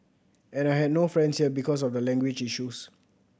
and I had no friends here because of the language issues